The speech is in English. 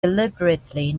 deliberately